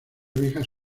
viejas